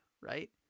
right